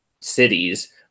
cities